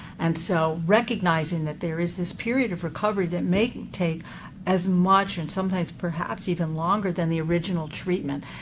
and so recognizing that there is this period of recovery that may take as much and sometimes perhaps even longer than the original treatment.